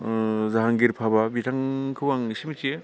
आह जाहांगिर बाबा बिथांखौ आं इसे मिथियो